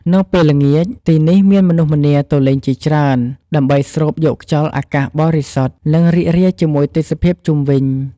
នៅពេលល្ងាច ទីនេះមានមនុស្សម្នាទៅលេងជាច្រើន ដើម្បីស្រូបយកខ្យល់អាកាសបរិសុទ្ធ និងរីករាយជាមួយទេសភាពជុំវិញ។